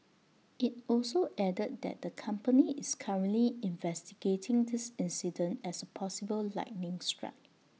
IT also added that the company is currently investigating this incident as possible lightning strike